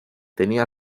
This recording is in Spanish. tenía